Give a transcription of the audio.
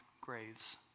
graves